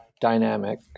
dynamic